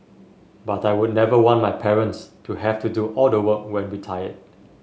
but I would never want my parents to have to do all the work when retired